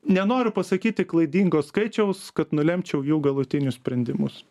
nenoriu pasakyti klaidingo skaičiaus kad nulemčiau jau galutinius sprendimus